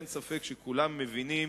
אין ספק שכולם מבינים